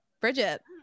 Bridget